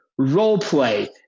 roleplay